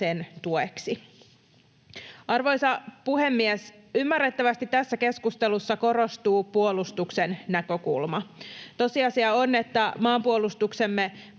sen tueksi. Arvoisa puhemies! Ymmärrettävästi tässä keskustelussa korostuu puolustuksen näkökulma. Tosiasia on, että maanpuolustuksemme